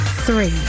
Three